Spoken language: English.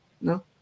No